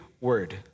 word